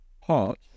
Hot